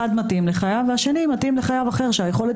אחד מתאים לחייב והשני מתאים לחייב אחר שהיכולת